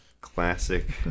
Classic